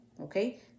Okay